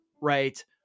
right